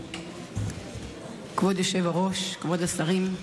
כבוד היושב-ראש, כבוד השרים,